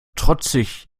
trotzig